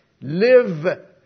live